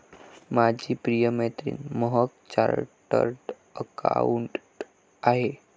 माझी प्रिय मैत्रीण महक चार्टर्ड अकाउंटंट आहे